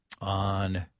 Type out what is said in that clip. on